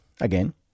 again